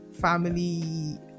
family